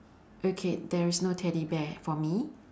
okay there is no teddy bear for me